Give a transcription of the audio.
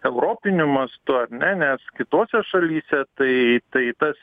europiniu mastu ar ne nes kitose šalyse tai tai tas